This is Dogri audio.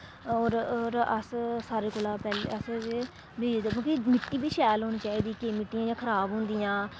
होर होर अस सारें कोला पैह्लें असें बीऽ ते मतलब कि मिट्टी बी शैल होनी चाहिदी केईं मिट्टियां इ'यां खराब होंदियां